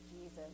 Jesus